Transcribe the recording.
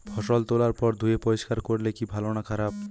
ফসল তোলার পর ধুয়ে পরিষ্কার করলে কি ভালো না খারাপ?